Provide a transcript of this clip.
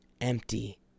Empty